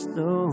no